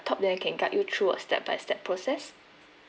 laptop then I can guide you through a step by step process